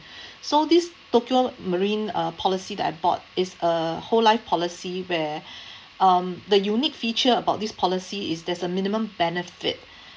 so this tokio marine uh policy that I bought is a whole life policy where um the unique feature about this policy is there's a minimum benefit